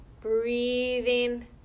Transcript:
breathing